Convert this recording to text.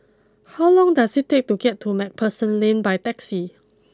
how long does it take to get to Macpherson Lane by taxi